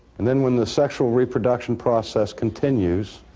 and then when the sexual reproduction process continues,